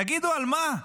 תגידו, על מה?